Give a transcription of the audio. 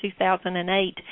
2008